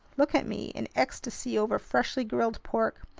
look at me in ecstasy over freshly grilled pork!